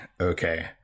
Okay